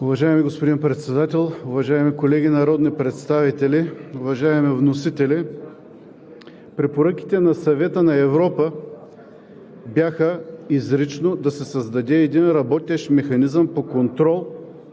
Уважаеми господин Председател, уважаеми колеги народни представители! Уважаеми вносители, препоръките на Съвета на Европа бяха изрично да се създаде един работещ механизъм по контрол